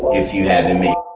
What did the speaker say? if you have a mic.